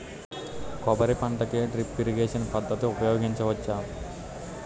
కొబ్బరి పంట కి డ్రిప్ ఇరిగేషన్ పద్ధతి ఉపయగించవచ్చా?